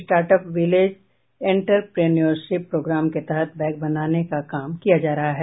start up village entrepreneurship programme के तहत bag बनाने का काम किया जा रहा है